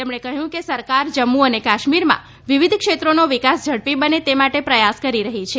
તેમણે કહ્યું કે સરકાર જમ્મુ અને કાશ્મીરમાં વિવિધ ક્ષેત્રોનો વિકાસ ઝડપી બને તે માટે પ્રયાસ કરી રહી છે